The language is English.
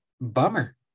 Bummer